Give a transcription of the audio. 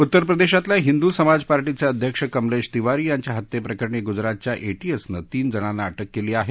उत्तर प्रदेशातल्या हिंदू समाज पार्टीचे अध्यक्ष कमलेश तिवारी यांच्या हत्येप्रकरणी गुजरातच्या एटीएसने तीन जणांना अटक केली आहे